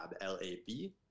l-a-b